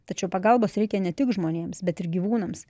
tačiau pagalbos reikia ne tik žmonėms bet ir gyvūnams